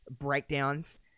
breakdowns